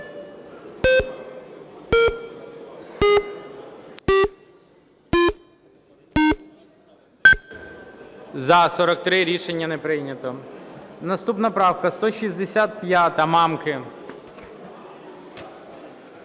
За-43 Рішення не прийнято. Наступна правка 165 Мамки.